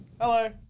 hello